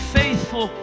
faithful